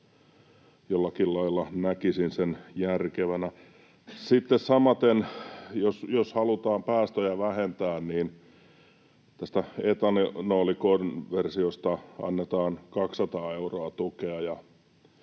Jollakin lailla näkisin sen järkevänä. Sitten samaten, jos halutaan päästöjä vähentää — tästä etanolikonversiosta annetaan 200 euroa tukea